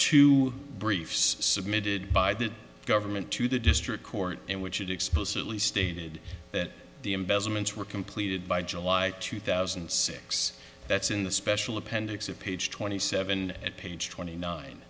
two briefs submitted by the government to the district court in which it explicitly stated that the investments were completed by july two thousand and six that's in the special appendix of page twenty seven at page twenty nine